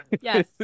Yes